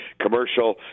commercial